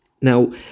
Now